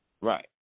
Right